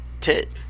Tit